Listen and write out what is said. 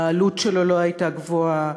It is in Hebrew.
והעלות שלו לא הייתה גבוהה.